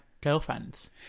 girlfriends